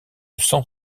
cent